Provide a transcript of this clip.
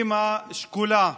היא אימא שכולה.